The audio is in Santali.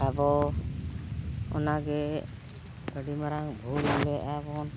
ᱟᱵᱚ ᱚᱱᱟᱜᱮ ᱟᱹᱰᱤ ᱢᱟᱨᱟᱝ ᱵᱷᱩᱞ ᱞᱮᱫᱟᱵᱚᱱ